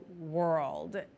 world